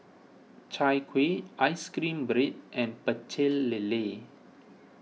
Chai Kuih Ice Cream Bread and Pecel Lele